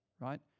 right